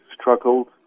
struggled